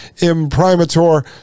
imprimatur